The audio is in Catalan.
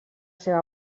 seva